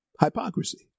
Hypocrisy